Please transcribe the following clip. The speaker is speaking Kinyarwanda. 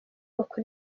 bakora